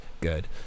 good